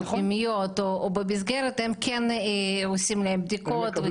בפנימיות או במסגרת - להם כן עושים בדיקות.